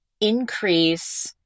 increase